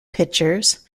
pitchers